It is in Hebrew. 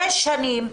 שש שנים,